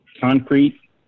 concrete